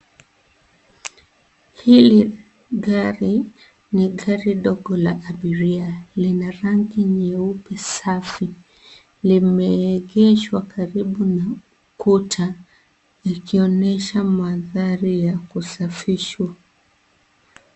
Hili gari, ni gari ndogo la abiria, lina rangi nyeupe safi. Limeegeshwa karibu na Kuta, likionyesha magari ya kusafishwa.